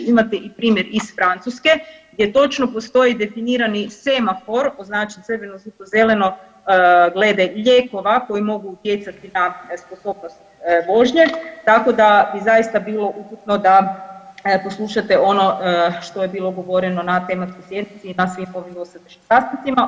Imate i primjer iz Francuske jer točno postoji definirani semafor, označen crveno, žuto, zeleno glede lijekova koji mogu utjecati na sposobnost vožnje tako da bi zaista bilo uputno da poslušate ono što je bilo govoreno na tematskoj sjednici i na svim ovim dosadašnjim sastancima.